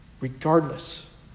Regardless